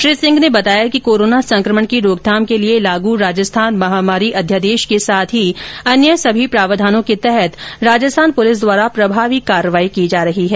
श्री सिंह ने बताया कि कोरोना संक्रमण की रोकथाम के लिए लागू राजस्थान महामारी अध्यादेश के साथ ही अन्य सभी प्रावधानों के तहत राजस्थान पुलिस द्वारा प्रभावी कार्यवाही की जा रही है